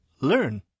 learn